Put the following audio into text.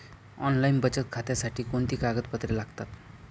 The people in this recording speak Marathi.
ऑनलाईन बचत खात्यासाठी कोणती कागदपत्रे लागतात?